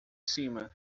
cima